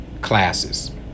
classes